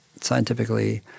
scientifically